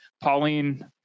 Pauline